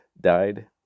died